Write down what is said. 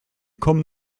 kommen